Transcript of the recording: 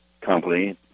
company